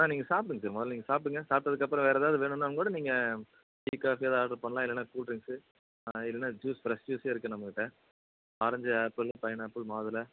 ஆ நீங்கள் சாப்பிடுங்க சார் முதல்ல நீங்கள் சாப்பிடுங்க சாப்பிட்டதுக்கப்பறம் ஏதாவது வேணுன்னால் கூட நீங்கள் டீ காஃபியாவது ஆட்ரு பண்ணலாம் இல்லைன்னா கூல் ட்ரிங்க்ஸு இல்லைன்னா ஜூஸ் ஃப்ரஷ் ஜூஸே இருக்குது நம்மகிட்ட ஆரஞ்சு ஆப்பிளு பைனாப்பிள் மாதுளை